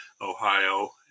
Ohio